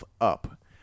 up